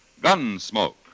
Gunsmoke